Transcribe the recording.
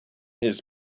his